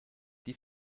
die